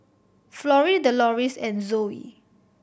Florie Deloris and Zoey